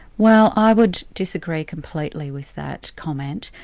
well i would disagree completely with that comment,